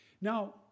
Now